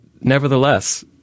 nevertheless